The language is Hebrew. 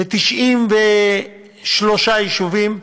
ב-93 יישובים,